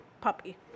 Puppy